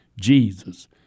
Jesus